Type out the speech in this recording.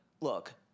look